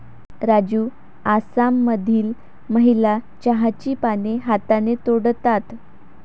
राजू आसाममधील महिला चहाची पाने हाताने तोडतात